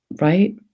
right